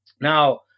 Now